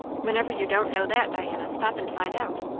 when ever you don't know that, diana, stop and find out.